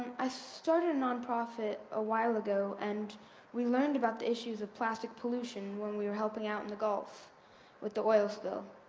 i started a non-profit a while ago and we learned about the issues of plastic pollution when we were helping out in the gulf with the oil spill.